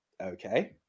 Okay